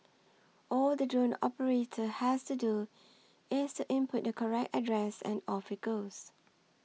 all the drone operator has to do is to input the correct address and off it goes